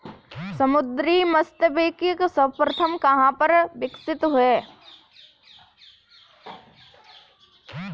समुद्री मत्स्यिकी सर्वप्रथम कहां विकसित हुई?